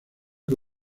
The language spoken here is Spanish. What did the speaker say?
que